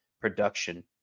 production